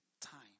time